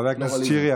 חבר הכנסת שירי,